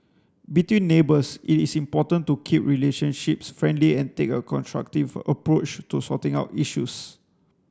between neighbours it is important to keep relationships friendly and take a constructive approach to sorting out issues